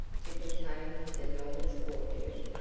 to contain his enormous fortune,